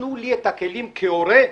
שלום לכולם.